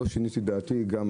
לא שיניתי את דעתי גם עכשיו.